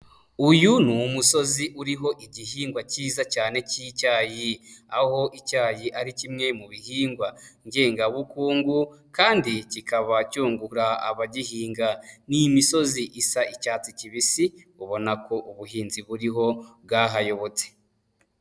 Uyu ni umusozi uriho igihingwa cyiza cyane cyiicyayi, aho icyayi ari kimwe mu bihingwa ngengabukungu, kandi kikaba cyungura abagihinga. Ni imisozi isa icyatsi kibisi, ubona ko ubuhinzi buriho bwahayobotse.